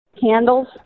Candles